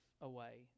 away